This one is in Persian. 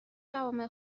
جوامع